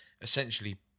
essentially